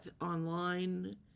online